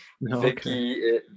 Vicky